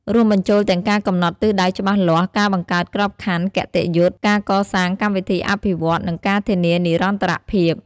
រួមបញ្ចូលទាំងការកំណត់ទិសដៅច្បាស់លាស់ ការបង្កើតក្របខ័ណ្ឌគតិយុត្ត ការកសាងកម្មវិធីអភិវឌ្ឍន៍ និងការធានានិរន្តរភាព។